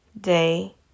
day